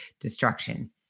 destruction